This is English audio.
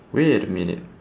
wait a minute